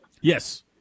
Yes